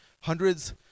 hundreds